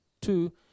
two